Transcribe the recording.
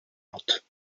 not